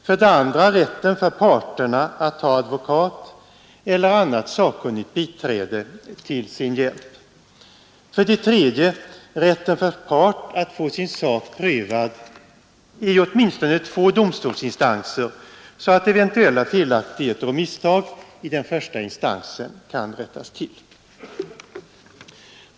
För det andra: rätten för parterna att ta advokat eller annat sakkunnigt biträde till sin hjälp. För det tredje: rätten för part att få sin sak prövad i åtminstone två domstolsinstanser, så att eventuella felaktigheter och misstag i den första instansen kan rättas till.